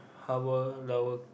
hour long